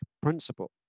principle